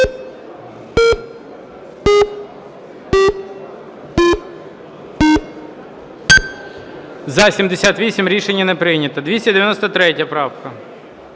За-78 Рішення не прийнято. 293 правка.